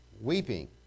weeping